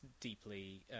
deeply